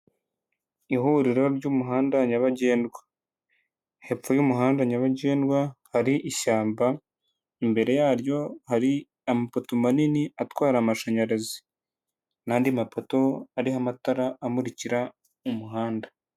Ihuriro ry'umuhanda nyabagendwa, hepfo y'umuhanda nyabagendwa hari ishyamba, imbere yaryo hari amapoto manini atwara amashanyarazi n'andi mapato ariho amatara amurikira umuhanda.